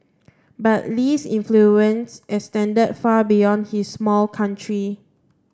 but Lee's influence extended far beyond his small country